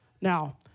Now